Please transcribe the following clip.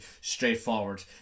straightforward